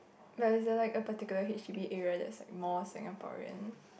like is the like a particular H_D_B area that is like more Singaporean